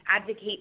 advocate